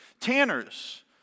tanners